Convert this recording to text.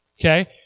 Okay